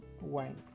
wine